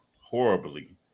horribly